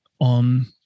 on